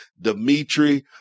Dimitri